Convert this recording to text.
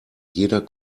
jeder